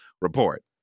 report